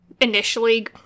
initially